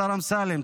השר אמסלם,